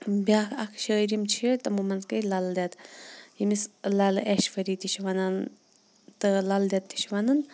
بیٛاکھ اَکھ شٲعر یِم چھِ تِمو منٛز گٔے لل دٮ۪د یٔمِس لَلِ ایشؤری تہِ چھِ وَنان تہٕ لل دٮ۪د تہِ چھِ وَنان